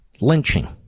lynching